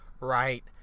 right